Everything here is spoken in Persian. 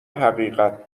حقیقت